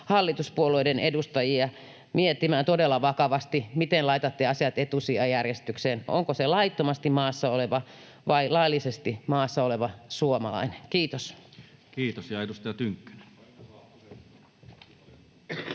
hallituspuolueiden edustajia miettimään todella vakavasti, miten laitatte asiat etusijajärjestykseen: onko se laittomasti maassa oleva vai laillisesti maassa oleva suomalainen? — Kiitos.